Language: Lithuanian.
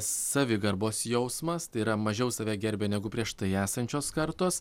savigarbos jausmas tai yra mažiau save gerbia negu prieš tai esančios kartos